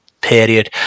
period